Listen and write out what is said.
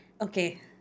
Okay